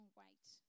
wait